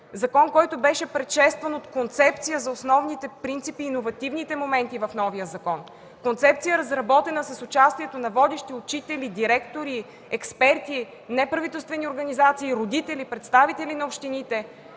закон, който беше предшестван от концепция за основните принципи и иновативните моменти в новия закон, концепция, разработена с участието на водещи учители, директори, експерти, неправителствени организации, родители, представители на общините,